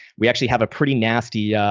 we actually have a pretty nasty,